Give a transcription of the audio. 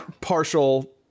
partial